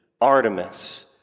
Artemis